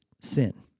sin